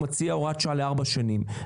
הוא מציע הוראת שעה לארבע שנים.